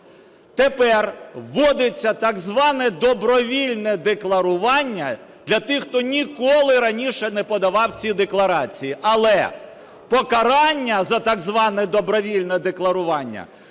Тепер вводиться так зване добровільне декларування для тих, хто ніколи раніше не подавав ці декларації. Але покарання за так зване добровільне декларування